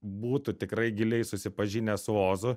būtų tikrai giliai susipažinę su ozu